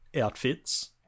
outfits